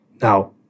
Now